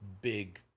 big